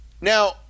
Now